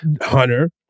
Hunter